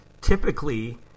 typically